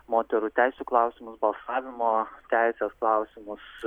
moterų teisių klausimus balsavimo teisės klausimus